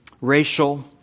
racial